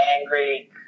angry